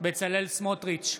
בצלאל סמוטריץ'